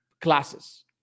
classes